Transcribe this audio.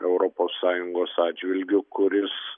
europos sąjungos atžvilgiu kuris